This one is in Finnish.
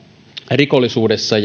rikollisuudessa